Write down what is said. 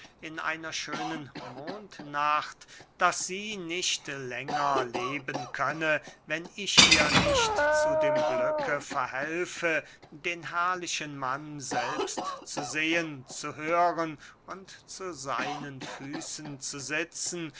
in einer schönen mondnacht daß sie nicht länger leben könne wenn ich ihr nicht zu dem glücke verhelfe den herrlichen mann selbst zu sehen zu hören und zu seinen füßen zu sitzen